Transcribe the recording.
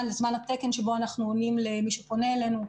התקן שבו אנחנו עונים למי שפונה אלינו.